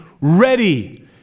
ready